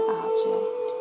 object